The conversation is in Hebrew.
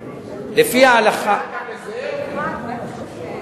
לפי ההלכה גם בנות לא זכאיות לירושה.